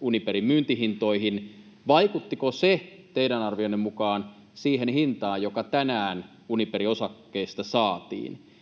Uniperin myyntihintoihin. Vaikuttiko se teidän arvionne mukaan siihen hintaan, joka tänään Uniperin osakkeista saatiin?